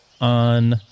on